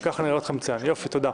זה חיסכון של שני מיליון שקלים.